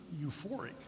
euphoric